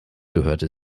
gehörte